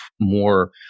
more